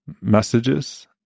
messages